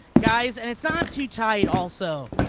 guys. and it's not too tight also.